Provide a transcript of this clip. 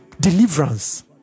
deliverance